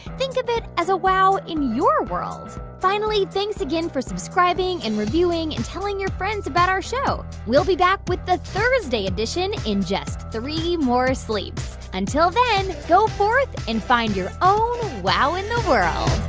think of it as a wow in your world. finally, thanks again for subscribing subscribing and reviewing and telling your friends about our show. we'll be back with the thursday edition in just three more sleeps. until then, go forth and find your own wow in the world